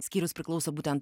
skyrius priklauso būtent